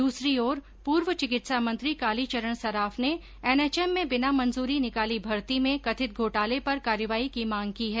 दूसरी ओर पूर्व चिकित्सा मंत्री कालीचरण सराफ ने एनएचएम में बिना मंजूरी निकाली भर्ती में कथित घोटाले पर कार्रवाई की मांग की है